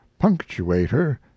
punctuator